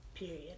Period